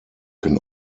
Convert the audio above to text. can